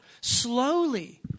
slowly